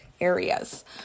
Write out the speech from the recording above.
areas